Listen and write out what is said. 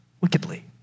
wickedly